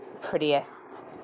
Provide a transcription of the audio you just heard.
prettiest